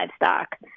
livestock